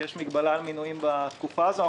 כי יש מגבלה על מינויים בתקופה הזו.